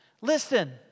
listen